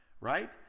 right